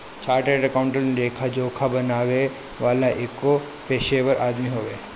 chartered accountant लेखा जोखा बनावे वाला एगो पेशेवर आदमी हवे